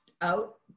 out